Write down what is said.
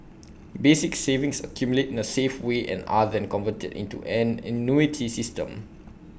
basic savings accumulate in A safe way and are then converted into an annuity system